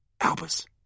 Albus